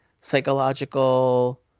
psychological